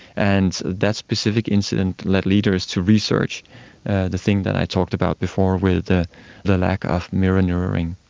and that specific incident led leaders to research the thing that i talked about before with the the lack of mirror neuroning.